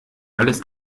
alles